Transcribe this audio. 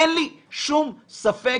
אין לי שום ספק